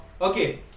Okay